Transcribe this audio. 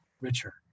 richer